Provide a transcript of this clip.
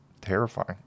terrifying